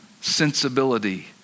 sensibility